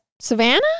Savannah